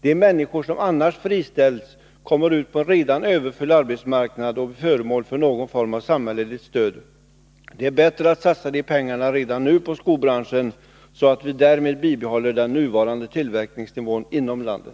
De människor som annars friställs kommer ut på en redan överfull arbetsmarknad och blir föremål för någon form av samhälleligt stöd. Det är bättre att satsa de pengarna redan nu på skobranschen, så att vi därmed bibehåller den nuvarande tillverkningsnivån inom landet.